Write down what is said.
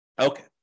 Okay